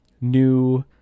new